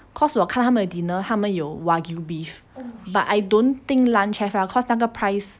cause 我看他们的 dinner 他们有 wagyu beef but I don't think lunch have ah cause 那个 price